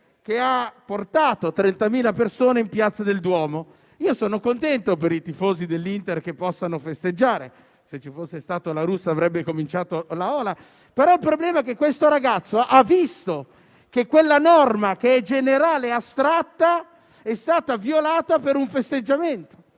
che ha portato 30.000 persone in piazza del Duomo. Io sono contento per i tifosi dell'Inter, che possono festeggiare (se ci fosse stato il senatore La Russa avrebbe cominciato a fare la *ola*), ma il problema è che questo ragazzo ha visto che quella norma, che è generale e astratta, è stata violata per un festeggiamento.